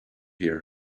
here